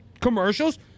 commercials